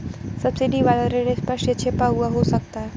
subsidy वाला ऋण स्पष्ट या छिपा हुआ हो सकता है